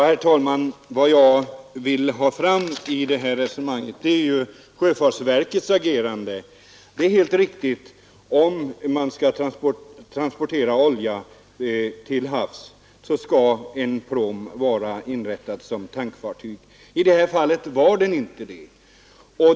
Herr talman! Vad jag vill peka på i detta sammanhang är sj kets agerande. Det är helt riktigt att om man skall transportera olja till havs med en pråm, skall den vara inrättad som tankfartyg. I det här fallet var den inte det.